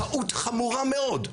טעות חמורה מאוד,